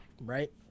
right